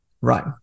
right